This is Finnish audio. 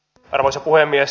arvoisa puhemies